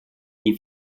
les